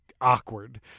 Awkward